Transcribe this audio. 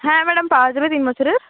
হ্যাঁ ম্যাডাম পাওয়া যাবে তিন বছরের